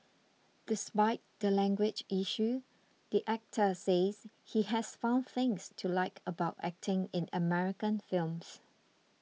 despite the language issue the actor says he has found things to like about acting in American films